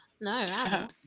No